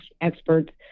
experts